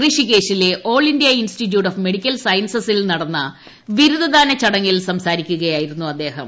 ഋഷികേശിലെ all India institute of medical സ്യൻസിൽ നടന്ന ബിരുദദാനചടങ്ങിൽ സംസാരിക്കുകയായിരുന്നു അ്ദ്ദേഹം